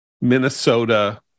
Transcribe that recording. Minnesota